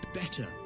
better